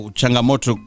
changamoto